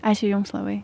ačiū jums labai